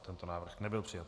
Tento návrh nebyl přijat.